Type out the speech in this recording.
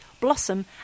blossom